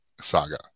saga